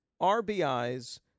RBIs